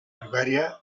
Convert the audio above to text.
primaria